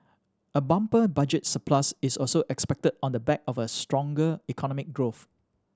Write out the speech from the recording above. a bumper budget surplus is also expected on the back of a stronger economic growth